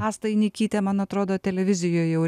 asta einikytė man atrodo televizijoj jau režisavo